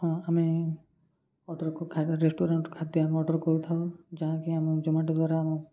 ହଁ ଆମେ ଅର୍ଡ଼ର୍ ଖାଇବା ରେଷ୍ଟୁରାଣ୍ଟ୍ ଖାଦ୍ୟ ଆମେ ଅର୍ଡ଼ର୍ କରିଥାଉ ଯାହାକି ଆମ ଜୋମାଟ ଦ୍ୱାରା ଆମ